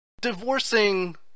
Divorcing